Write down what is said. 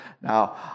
Now